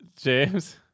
James